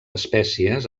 espècies